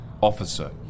officer